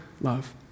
love